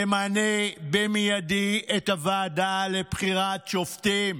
תמנה במיידי את הוועדה לבחירת שופטים